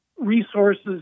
resources